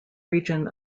region